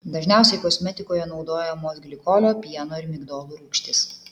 dažniausiai kosmetikoje naudojamos glikolio pieno ir migdolų rūgštys